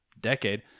decade